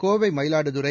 Kovai Mayiladuthurai